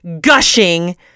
gushing